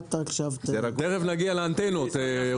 תכף נגיע לאנטנות.